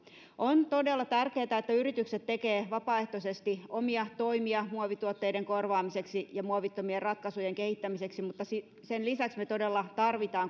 on todella tärkeätä että yritykset tekevät vapaaehtoisesti omia toimia muovituotteiden korvaamiseksi ja muovittomien ratkaisujen kehittämiseksi mutta sen lisäksi me todella tarvitsemme